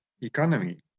economy